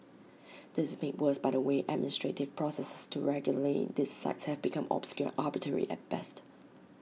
this is made worse by the way administrative processes to regulate these sites have been obscure arbitrary at best